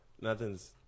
Nothing's